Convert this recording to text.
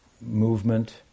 movement